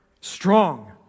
strong